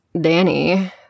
Danny